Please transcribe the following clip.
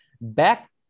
back